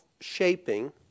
shaping